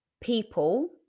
people